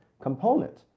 component